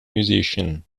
musician